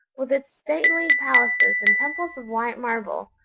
with its stately palaces and temples of white marble,